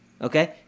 okay